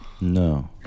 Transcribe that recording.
No